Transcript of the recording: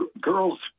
girls